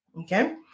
okay